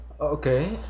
Okay